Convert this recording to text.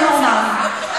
אתם לא נורמלים.